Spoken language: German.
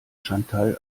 chantal